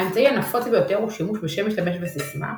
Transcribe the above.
האמצעי הנפוץ ביותר הוא השימוש בשם משתמש וסיסמה,